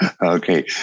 Okay